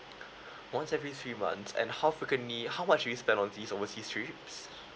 once every three months and how frequently how much do you spend all these overseas trips